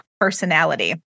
personality